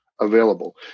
Available